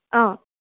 অঁ